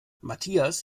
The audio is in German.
matthias